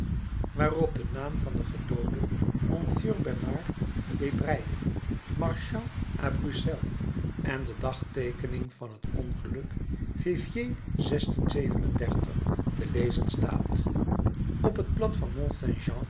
waarop de naam van den gedoode monsieur bernard debrye marchand à bruxelles en de dagteekening van het ongeluk te lezen staan op het plat van